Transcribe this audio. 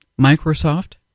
Microsoft